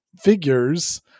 figures